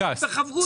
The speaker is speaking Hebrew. לומדים בחברותות.